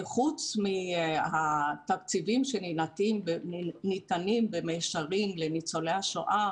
פרט לתקציבים שניתנים במישרין לניצולי השואה,